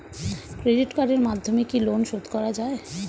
Credit কার্ডের মাধ্যমে কি লোন শোধ করা যায়?